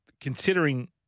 Considering